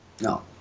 No